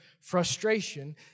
frustration